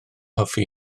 hoffi